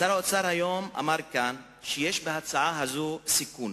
שר האוצר אמר כאן היום שיש בהצעה הזו סיכון,